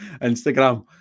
Instagram